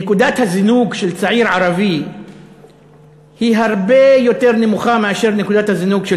נקודת הזינוק של צעיר ערבי היא הרבה יותר נמוכה מאשר נקודת הזינוק של